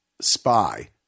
Spy